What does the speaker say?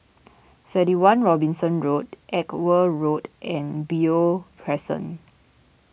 thirty one Robinson Road Edgware Road and Beo Crescent